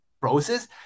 process